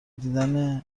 دیدن